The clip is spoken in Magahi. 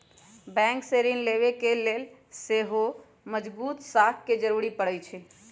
बैंक से ऋण लेबे के लेल सेहो मजगुत साख के जरूरी परै छइ